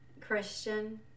Christian